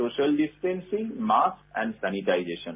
social distancing mask and sanitization